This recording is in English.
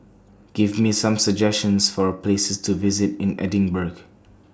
Give Me Some suggestions For Places to visit in Edinburgh